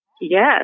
Yes